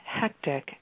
hectic